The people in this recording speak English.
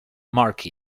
mark